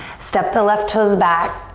step the left toes back,